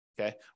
okay